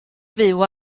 fyw